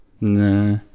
Nah